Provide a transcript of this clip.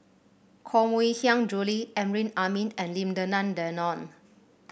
Koh Mui Hiang Julie Amrin Amin and Lim Denan Denon